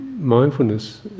mindfulness